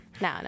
no